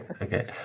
okay